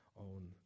own